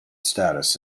status